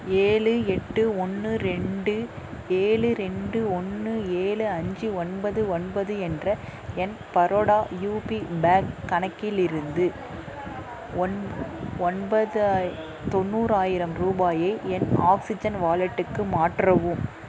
ஏழு எட்டு ஒன்று ரெண்டு ஏழு ரெண்டு ஒன்று ஏழு அஞ்சு ஒன்பது ஒன்பது என்ற என் பரோடா யூபி பேங்க் கணக்கிலிருந்து ஒன் ஒன்ப தொண்ணூறாயிரம் ரூபாயை என் ஆக்ஸிஜன் வாலட்டுக்கு மாற்றவும்